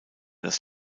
das